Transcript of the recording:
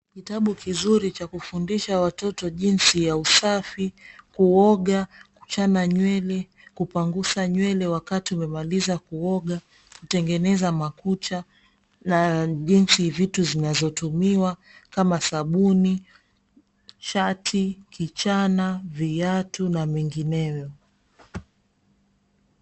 Kitabu kizuri cha kufundisha watoto jinsi ya usafi, kuoga, kuchana nywele, kupanguza nywele wakati umemaliza kuoga ,kutengeneza makucha, na jinsi vitu zinazotumiwa kama; sabuni, shati, kichana, viatu na mengineo.